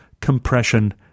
Compression